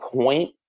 point